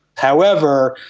however,